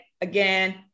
Again